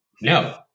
No